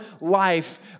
life